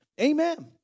Amen